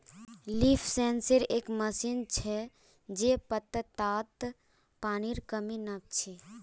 leaf sensor एक machine छ जे पत्तात पानीर कमी नाप छ